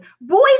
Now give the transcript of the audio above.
boy